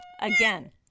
again